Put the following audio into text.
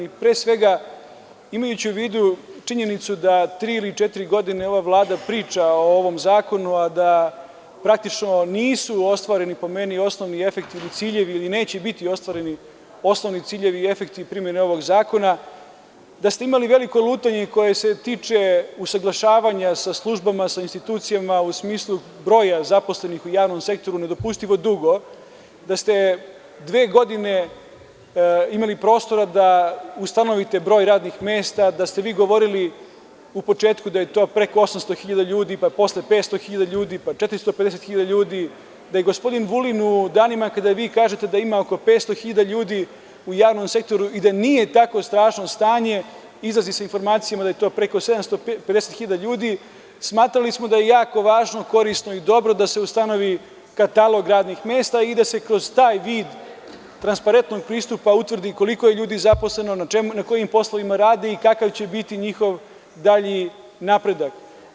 Pre svega, imajući u vidu činjenicu da tri ili četiri godine ova Vlada priča o ovom zakonu, a da praktično nisu ostvareni po meni i osnovni i efektivni ciljevi ili neće biti ostvareni osnovni ciljevi i efekti primene ovog zakona, da ste imali veliko lutanje koje se tiče usaglašavanja sa službama i sa institucijama u smislu broja zaposlenih u javnom sektoru, nedopustivo dugo, da ste dve godine imali prostora da ustanovite broj radnih mesta, da ste vi govorili u početku da je to preko 800 hiljada ljudi, pa 450 hiljada, 500 hiljada ljudi gde je gospodin Vulin u danima kada vi kažete da ima oko 500 hiljada ljudi u javnom sektoru i da nije tako strašno stanje, izlazi sa informacijom da je to preko 750 hiljada ljudi, smatrali smo da je jako važno i korisno i dobro da se ustanovi katalog radnih mesta i da se kroz taj vid transparentnog pristupa utvrdi koliko je ljudi zaposleno, na kojim poslovima rade i kakav će biti njihov dalji napredak.